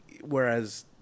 whereas